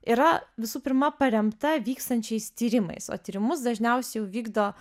yra visų pirma paremta vykstančiais tyrimais o tyrimus dažniausiai jau vykdo